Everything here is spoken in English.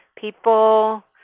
people